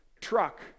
truck